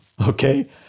okay